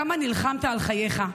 כמה נלחמת על חייך,